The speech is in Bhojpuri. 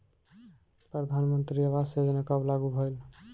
प्रधानमंत्री आवास योजना कब लागू भइल?